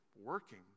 working